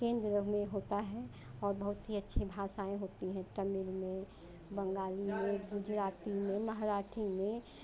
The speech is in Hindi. केंद्र में होता है और बहुत ही अच्छी भाषाएँ होती हैं तमिल में बंगाली में गुजराती में मराठी में